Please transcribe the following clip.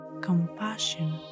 compassion